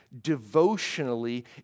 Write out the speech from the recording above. devotionally